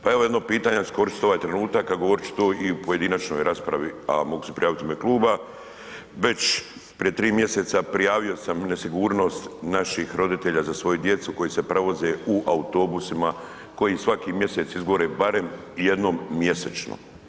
Pa evo jedno pitanje, iskoristit ću ovaj trenutak, a govorit ću to i u pojedinačnoj raspravi, a mogu se prijaviti i u ime kluba, već prije tri mjeseca prijavio sam nesigurnost naših roditelja za svoju djecu koji se prevoze u autobusima koji svaki mjesec izgore barem jednom mjesečno.